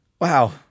Wow